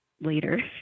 later